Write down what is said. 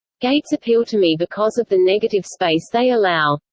gates appeal to me because of the negative space they allow.